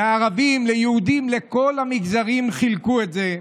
לערבים, ליהודים, לכל המגזרים חילקו את זה.